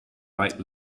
right